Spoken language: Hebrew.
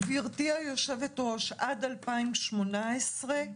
גברתי היושבת-ראש, עד 2018,